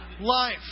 life